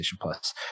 Plus